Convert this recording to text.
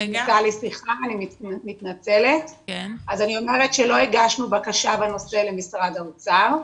אז אני אומרת שלא הגשנו בקשה בנושא למשרד האוצר,